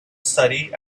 surrey